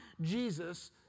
Jesus